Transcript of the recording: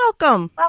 Welcome